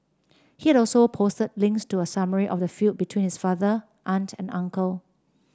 he had also posted links to a summary of the feud between his father aunt and uncle